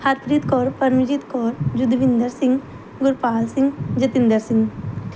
Harpreet Kaur Paramjit Kaur Yudhvinder Singh Gurpal Singh Jatinder Singh